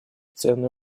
ценные